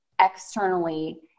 externally